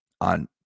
on